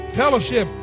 fellowship